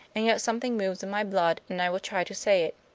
and yet something moves in my blood and i will try to say it.